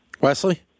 Wesley